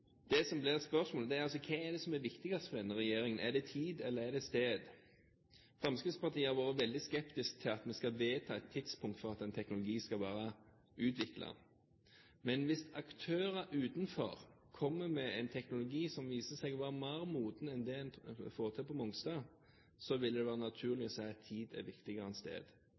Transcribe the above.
Det som blir spørsmålet, er altså hva som er viktigst for denne regjeringen. Er det tid, eller er det sted? Fremskrittspartiet har vært veldig skeptisk til at vi skal vedta et tidspunkt for at en teknologi skal være utviklet. Men hvis aktører utenfor kommer med en teknologi som viser seg å være mer moden enn det en får til på Mongstad, vil det være naturlig å si at tid er viktigere enn sted.